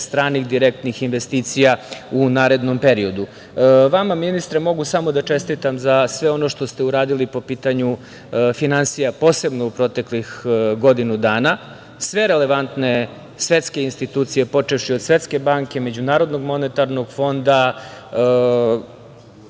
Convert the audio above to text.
stranih direktnih investicija u narednom periodu. Vama, ministre, mogu samo da čestitam za sve ono što ste uradili po pitanju finansija, posebno u proteklih godinu dana. Sve relevantne svetske institucije, počevši od Svetske banke, MMF-a, jednostavno, govore